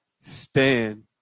Stand